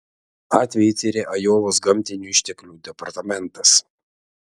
atvejį tiria ajovos gamtinių išteklių departamentas